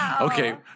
Okay